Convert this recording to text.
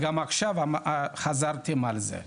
גם עכשיו חזרתם על זה.